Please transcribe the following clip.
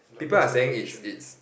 people are saying it's it's